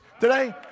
today